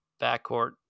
backcourt